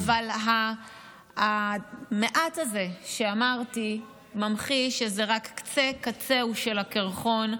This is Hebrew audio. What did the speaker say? אבל המעט הזה שאמרתי ממחיש שזה רק קצה קצהו של הקרחון,